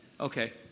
Okay